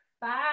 Bye